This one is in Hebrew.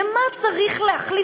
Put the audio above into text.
למה צריך להחליף,